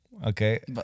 Okay